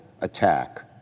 attack